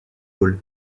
ball